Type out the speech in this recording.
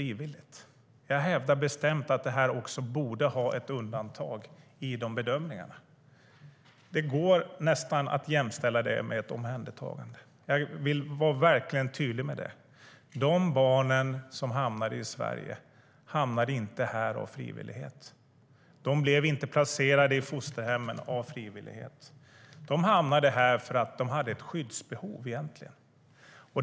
Jag hävdar att detta borde ha ett undantag i bedömningarna. Det går nästan att jämställa med ett omhändertagande. Jag vill vara verkligt tydlig med det. De barn som hamnade i Sverige hamnade inte här av frivillighet. De blev inte placerade i fosterhemmen av frivillighet. De hamnade här för att de hade ett skyddsbehov, egentligen.